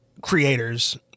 Creators